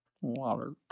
Water